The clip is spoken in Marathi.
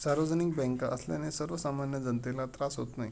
सार्वजनिक बँका असल्याने सर्वसामान्य जनतेला त्रास होत नाही